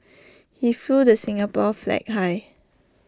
he flew the Singapore flag high